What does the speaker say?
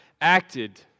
acted